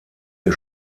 ihr